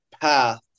path